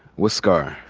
what's scar?